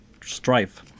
strife